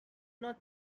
not